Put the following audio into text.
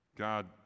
God